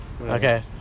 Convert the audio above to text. Okay